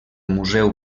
museu